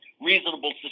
reasonable